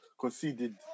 conceded